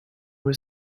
were